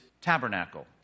tabernacle